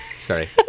Sorry